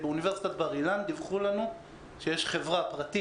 באוניברסיטת בר-אילן דיווחו לנו שיש חברה פרטית